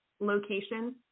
location